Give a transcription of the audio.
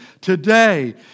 today